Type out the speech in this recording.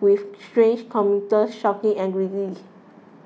with stranded commuters shouting angrily